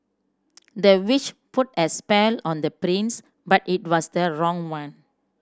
the witch put a spell on the prince but it was the wrong one